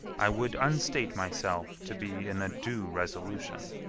i would unstate myself to be in a due resolution.